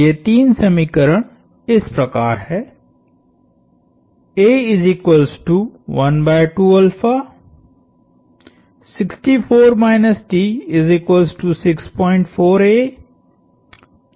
ये तीन समीकरण इस प्रकार हैं